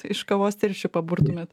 iš kavos tirščių paburtumėt